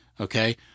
Okay